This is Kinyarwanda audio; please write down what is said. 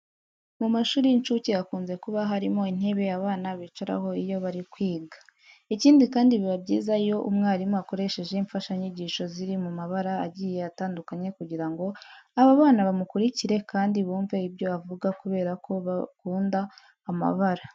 Mu mashuri y'incuke hakunze kuba harimo intebe abana bicaraho iyo bari kwiga. Ikindi kandi biba byiza iyo umwarimu akoresheje imfashanyigisho ziri mu mabara agiye atandukanye kugira ngo aba bana bamukurikire kandi bumve ibyo avuga kubera ko bakunda amabara.